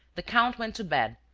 the count went to bed,